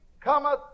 cometh